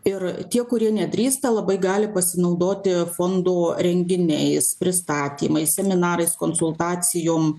ir tie kurie nedrįsta labai gali pasinaudoti fondų renginiais pristatymais seminarais konsultacijom